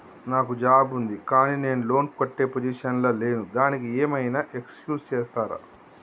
నాకు జాబ్ ఉంది కానీ నేను లోన్ కట్టే పొజిషన్ లా లేను దానికి ఏం ఐనా ఎక్స్క్యూజ్ చేస్తరా?